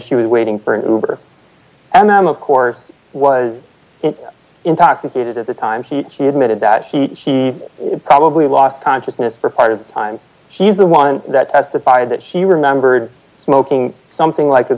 she was waiting for a new birth and them of course was intoxicated at the time he she admitted that she probably lost consciousness for part of the time she's the one that testified that she remembered smoking something like the